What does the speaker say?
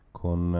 con